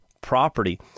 property